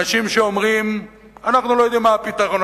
אנשים שאומרים: אנחנו לא יודעים מה הפתרון,